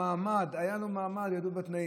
מושא לקנאה, היה לו מעמד, היו לו תנאים.